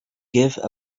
give